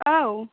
औ